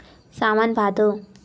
सावन भादो